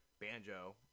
Banjo